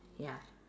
ya